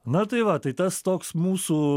na tai va tai tas toks mūsų